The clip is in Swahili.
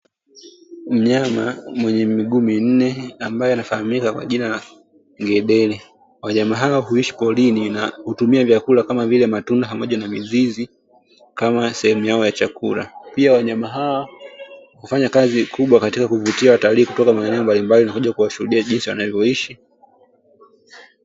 Mnyama mwenye miguu minne ambae anafahamika kwa jina la ngedere. Wanyama hawa huishi porini na hutumia vyakula kama vile matunda na mizizi kama sehemu yao ya chakula. Pia wanyama hawa hufanya kazi kubwa katika kuvutia watalii kutoka maeneo mbalimbali kuja kushuhudia jinsi wanavyoishi.